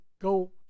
go